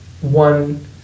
one